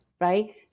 right